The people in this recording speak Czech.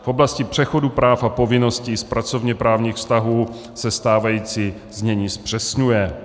V oblasti přechodu práv a povinností z pracovněprávních vztahů se stávající znění zpřesňuje.